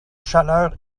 chaleur